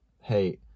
hey